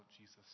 Jesus